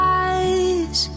eyes